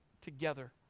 together